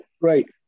Right